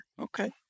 okay